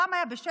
פעם היה בששטוס